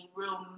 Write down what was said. real